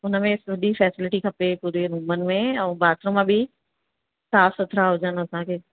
हुनमें सजी फैसिलिटी खपे रूमनि में ऐं बाथरूम बि साफ़ सुथरा हुजनि असांखे